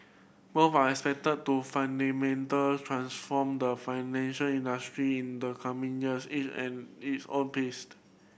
both are expected to fundamental transform the financial industry in the coming years each at its own pace